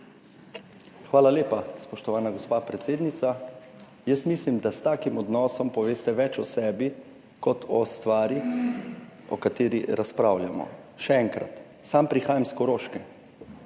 Hvala lepa, spoštovana gospa predsednica. Jaz mislim, da s takim odnosom poveste več o sebi kot o stvari, o kateri razpravljamo. Še enkrat, sam prihajam s Koroške.